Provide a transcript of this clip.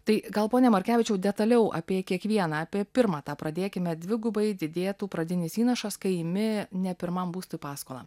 tai gal pone markevičiau detaliau apie kiekvieną apie pirmą tą pradėkime dvigubai didėtų pradinis įnašas kai imi ne pirmam būstui paskolą